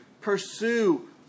pursue